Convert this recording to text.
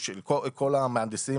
כל המהנדסים,